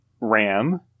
Ram